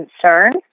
concern